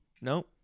No